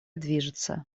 движется